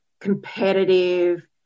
competitive